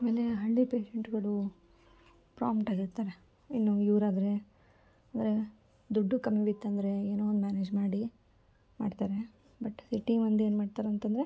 ಆಮೇಲೆ ಹಳ್ಳಿ ಪೇಶೆಂಟ್ಗಳು ಪ್ರಾಂಪ್ಟಾಗಿರ್ತಾರೆ ಇನ್ನು ಇವ್ರು ಆದರೆ ಅಂದರೆ ದುಡ್ಡು ಕಮ್ಮಿ ಬಿತ್ತಂದರೆ ಏನೋ ಒಂದು ಮ್ಯಾನೇಜ್ ಮಾಡಿ ಮಾಡ್ತಾರೆ ಬಟ್ ಸಿಟಿ ಮಂದಿ ಏನು ಮಾಡ್ತಾರಂತಂದರೆ